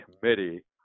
committee